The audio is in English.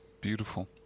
Beautiful